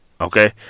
Okay